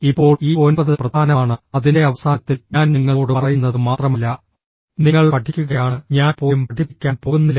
ഇപ്പോൾ ഈ ഒൻപത് പ്രധാനമാണ് അതിന്റെ അവസാനത്തിൽ ഞാൻ നിങ്ങളോട് പറയുന്നത് മാത്രമല്ല നിങ്ങൾ പഠിക്കുകയാണ് ഞാൻ പോലും പഠിപ്പിക്കാൻ പോകുന്നില്ല